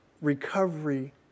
recovery